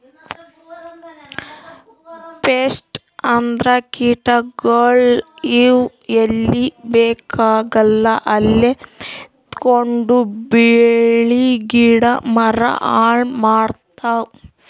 pest ಅಂದ್ರ ಕೀಟಗೋಳ್, ಇವ್ ಎಲ್ಲಿ ಬೇಕಾಗಲ್ಲ ಅಲ್ಲೇ ಮೆತ್ಕೊಂಡು ಬೆಳಿ ಗಿಡ ಮರ ಹಾಳ್ ಮಾಡ್ತಾವ್